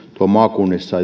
maakunnissa